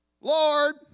Lord